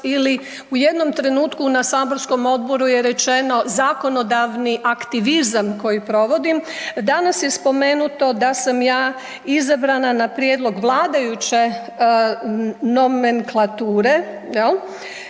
ili u jednom trenutku na saborskom odboru je rečeno, zakonodavni aktivizam koji provodim, danas je spomenuto da sam ja izabrana na prijedlog vladajuće nomenklature